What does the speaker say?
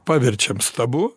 paverčiam stabu